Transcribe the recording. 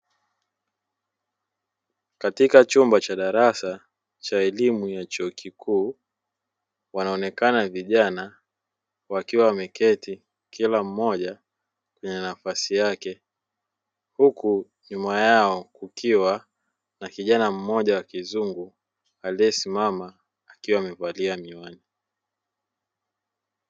Katika chumba cha darasa cha elimu ya chuo kikuu, wanaonekana vijana wakiwa wameketi kila mmoja na nafasi yake, huku nyuma yao kukiwa na kijana mmoja wa kizungu aliyesimama akiwa amevalia miwani.